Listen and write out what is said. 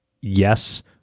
yes